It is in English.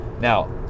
Now